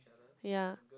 yea